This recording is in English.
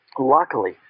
luckily